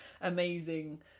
amazing